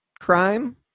crime